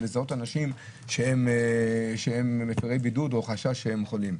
ולזהות אנשים שהם מפרי בידוד או חשש שהם חולים.